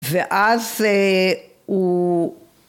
‫ואז הוא...